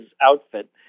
outfit